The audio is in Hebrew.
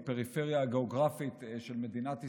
בפריפריה הגיאוגרפית של מדינת ישראל,